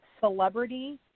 celebrity